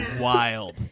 wild